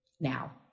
now